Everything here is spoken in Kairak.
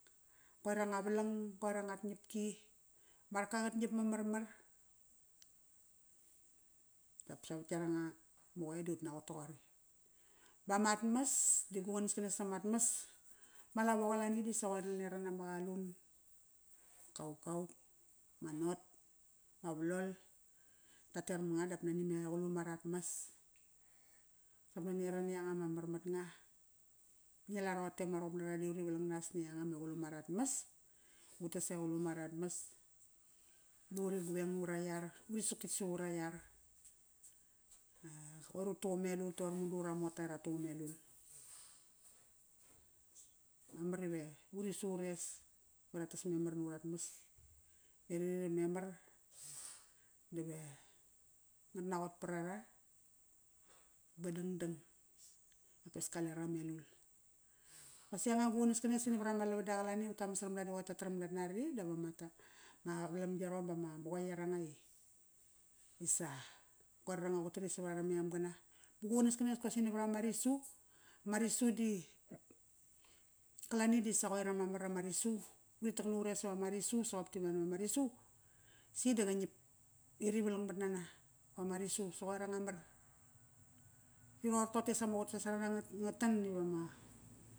Qoir anga valang, qoir angat ngiapki ma raka qat ngiap ma marmar. Dap savat iaranga ma qoe di ut naqot toqori. Bamat mas, di gu qanaskanesa samat mas. Ma lavo qalani disa qoir naniara nama qalum, kaukau, ma not, ma vlol. Ta ter manga dap nan me qalum arat mas. Sop naniara ni ianga ma mar matnga ngi la roqote diama ruqup nara di uri valang nas ni ianga me qalum aratmas. Utas e qalum aratmas ba uri gueng na ura iar, urit suktitk savu ra iar. qoir utuqum melul toqor madu ura mota ra tuqum melul. Mamar ive uri su ures. Ba ra tas memar na uratmas, ve ri rir memar, dave, nganat naqot parara ba dangdang. Dapes kale ra melul. Qosi anga gu qanaskanes di navarama lavada qalani, utaman scramda da qoir tat taram tat nari davama ma vlam iarom dama qoe iaranga i isa qoir aranga qutarir savat ara mem gana. Ba gu qanaskanes qosi i navarama risu, ma risu di, qalani disa qoir ama mar ama risu. Uri tak nures savama risu, soqop di meda vama risu, si da qa ngiap i ri valang matnana. Vama risu, sa qoir anga mar, roqor toqote sama qutsasarana nga tan iva ma